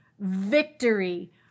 victory